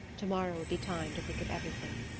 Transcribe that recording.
to-morrow would be time to think of everything.